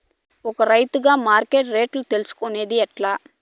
ఒక రైతుగా మార్కెట్ రేట్లు తెలుసుకొనేది ఎట్లా?